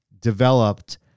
developed